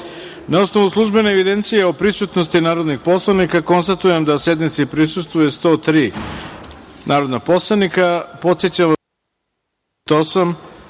osnovu službene evidencije o prisutnosti narodnih poslanika, konstatujem da sednici prisustvuje 103 narodna poslanika. Podsećam vas da je članom 88.